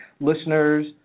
listeners